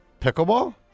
Pickleball